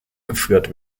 geführt